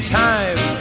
time